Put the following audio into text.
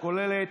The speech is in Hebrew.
אשר כוללת